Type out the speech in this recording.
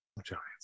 Giants